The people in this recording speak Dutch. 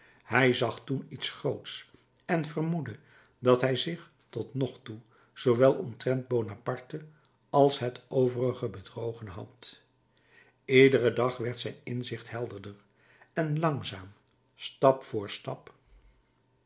hij zag toen iets grootsch en vermoedde dat hij zich tot nog toe zoowel omtrent bonaparte als al het overige bedrogen had iederen dag werd zijn inzicht helderder en langzaam stap voor stap